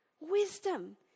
wisdom